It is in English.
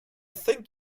think